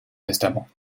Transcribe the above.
testament